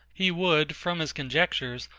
he would, from his conjectures,